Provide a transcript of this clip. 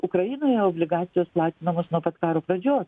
ukrainoje obligacijos platinamos nuo pat karo pradžios